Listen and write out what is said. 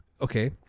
Okay